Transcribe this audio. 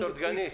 ד"ר דגנית,